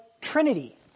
Trinity